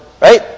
Right